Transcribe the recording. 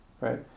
right